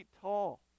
tall